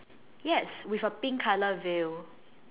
yes with a pink color veil